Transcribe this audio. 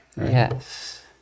Yes